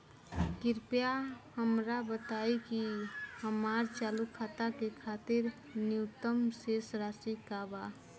कृपया हमरा बताइ कि हमार चालू खाता के खातिर न्यूनतम शेष राशि का बा